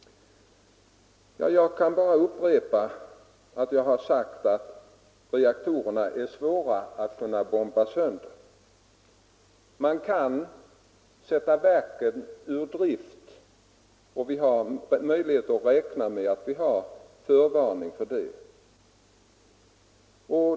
Jag kan bara upprepa vad jag tidigare sagt: Det är svårt att bomba sönder reaktorerna. Man kan sätta verken ur drift, och vi har möjligheter att få förvarning.